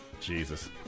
Jesus